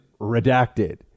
redacted